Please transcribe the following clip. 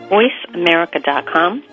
VoiceAmerica.com